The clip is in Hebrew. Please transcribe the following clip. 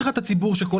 גם